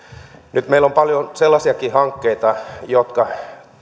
nyt meillä on paljon sellaisiakin hankkeita jotka